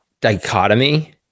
dichotomy